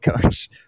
coach